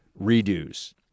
redos